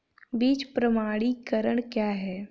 बीज प्रमाणीकरण क्या है?